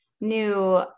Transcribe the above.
new